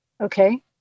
Okay